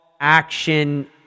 action